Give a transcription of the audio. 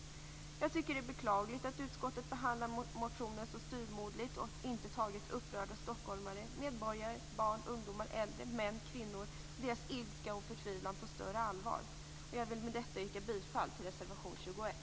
Jag tycker att det är beklagligt att utskottet behandlat motionen så styvmoderligt och inte tagit upprörda stockholmare, medborgare, barn, ungdomar, äldre, män, kvinnor och deras ilska och förtvivlan på större allvar. Med detta vill jag yrka bifall till reservation 21.